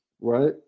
right